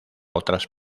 otras